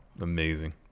Amazing